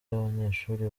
y’abanyeshuri